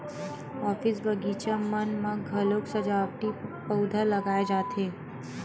office, बगीचा मन म घलोक सजावटी पउधा लगाए जाथे